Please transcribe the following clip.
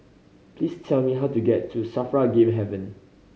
please tell me how to get to SAFRA Game Haven